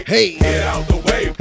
Hey